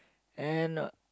and